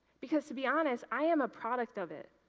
because to be honest, i am a product of it.